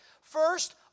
First